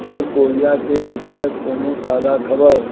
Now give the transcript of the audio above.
उत्तर कोरियाके विषयके कोनो ताजा खबर